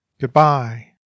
Goodbye